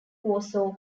warsaw